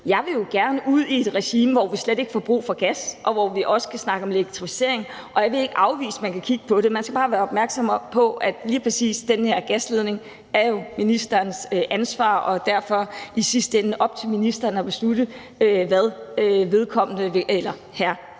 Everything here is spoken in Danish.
Jeg vil jo gerne ud i et regime, hvor vi slet ikke får brug for gas, og hvor vi også kan snakke om elektrificering. Og jeg vil ikke afvise, at man kan kigge på det; man skal bare være opmærksom på, at lige præcis den her gasledning jo er ministerens ansvar, og derfor er det i sidste ende op til ministeren at beslutte, hvad ministeren vil gøre.